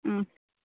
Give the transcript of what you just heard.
ꯎꯝ